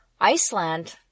Iceland